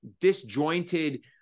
disjointed